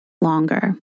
longer